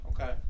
Okay